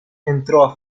entrò